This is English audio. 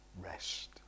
rest